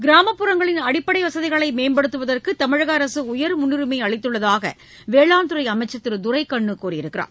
கிராமப்புறங்களின் அடிப்படை வசதிகளை மேம்படுத்துவதற்கு தமிழக அரசு உயர் முன்னுரிமை அளித்துள்ளதாக வேளாண் துறை அமைச்சர் திரு துரைக்கண்ணு கூறியுள்ளார்